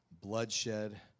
bloodshed